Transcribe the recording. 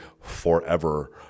forever